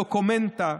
הדוקומנטה,